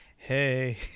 hey